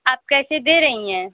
आप कैसे दे रही हैं